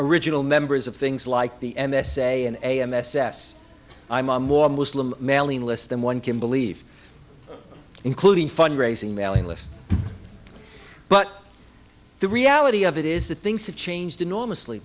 original members of things like the n s a and a m s s i'm on more muslim mailing lists than one can believe including fundraising mailing list but the reality of it is that things have changed enormously